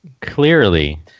clearly